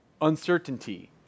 uncertainty